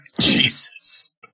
Jesus